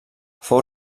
fou